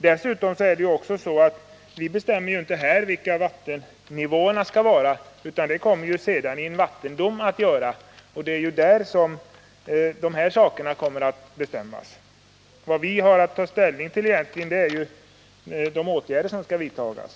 Dessutom bestämmer vi inte här vilken vattennivån skall vara — det kommer att avgöras genom en vattendom. Vad vi har att ta ställning till är vilka åtgärder som skall vidtas.